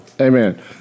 Amen